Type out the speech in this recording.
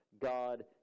God